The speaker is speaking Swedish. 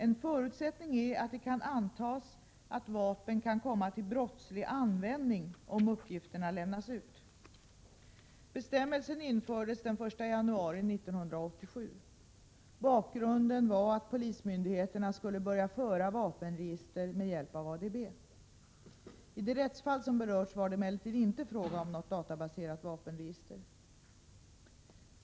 En förutsättning är att det kan antas att vapen kan komma till brottslig användning om uppgifterna lämnas ut . Bestämmelsen infördes den 1 januari 1987. Bakgrunden var att polismyndigheterna skulle börja föra vapenregister med hjälp av ADB. I det rättsfall som berörts var det emellertid inte fråga om något databaserat vapenregister.